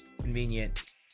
Convenient